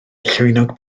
llwynog